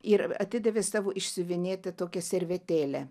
ir atidavė savo išsiuvinėtą tokią servetėlę